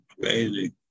crazy